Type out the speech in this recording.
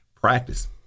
practice